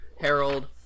Harold